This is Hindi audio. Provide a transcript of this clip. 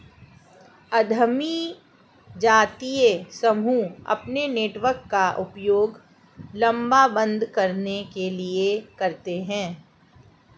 उद्यमी जातीय समूह अपने नेटवर्क का उपयोग लामबंद करने के लिए करते हैं